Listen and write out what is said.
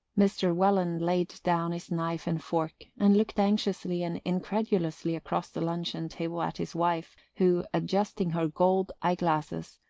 mr. welland laid down his knife and fork and looked anxiously and incredulously across the luncheon-table at his wife, who, adjusting her gold eye-glasses,